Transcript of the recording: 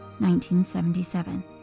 1977